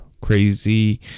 crazy